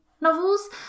novels